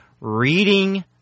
reading